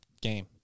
game